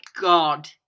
God